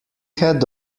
had